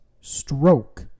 stroke